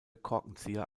korkenzieher